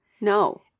No